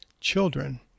children